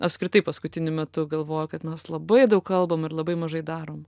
apskritai paskutiniu metu galvoju kad mes labai daug kalbam ir labai mažai darom